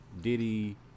Diddy